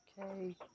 Okay